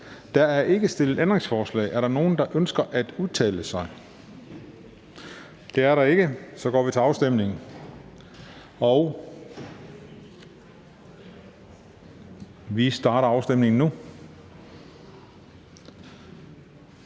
Der er ikke stillet ændringsforslag. Er der nogen, der ønsker at udtale sig? Da det ikke er tilfældet, går vi til afstemning. Kl. 14:38 Afstemning Den fg.